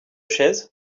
chaises